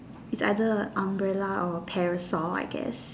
it's either umbrella or parasol I guess